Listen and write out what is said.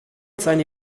seine